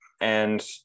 And-